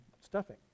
stuffing